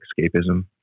escapism